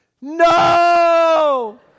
No